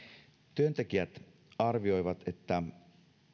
työntekijät arvioivat että